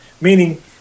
meaning